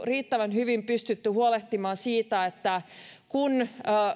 riittävän hyvin pystytty huolehtimaan siitä että kun